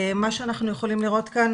מה שאנחנו יכולים לראות כאן